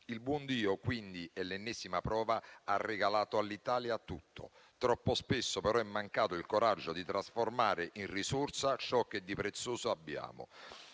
Il buon Dio quindi - è l'ennesima prova - ha regalato all'Italia tutto. Troppo spesso, però, è mancato il coraggio di trasformare in risorsa ciò che di prezioso abbiamo.